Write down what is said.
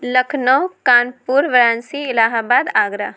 Lucknow Kanpur Varanasi Allahabad Agra